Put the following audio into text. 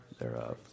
thereof